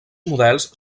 models